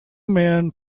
men